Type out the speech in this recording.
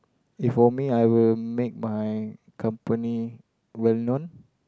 if for me I will make my company well known